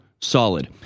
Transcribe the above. solid